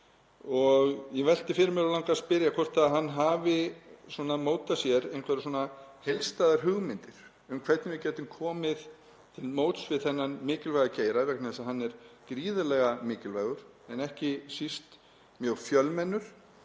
Ég velti fyrir mér og langar að spyrja hvort hann hafi mótað sér einhverjar svona heildstæðar hugmyndir um hvernig við gætum komið til móts við þennan mikilvæga geira vegna þess að hann er gríðarlega mikilvægur en ekki síst mjög fjölmennur.